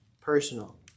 personal